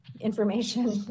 information